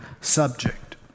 subject